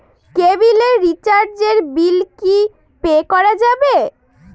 কেবিলের রিচার্জের বিল কি পে করা যাবে?